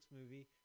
movie